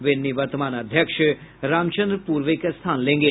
वे निवर्तमान अध्यक्ष रामचन्द्र पूर्वे का स्थान लेंगे